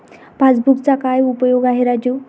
पासबुकचा काय उपयोग आहे राजू?